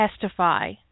testify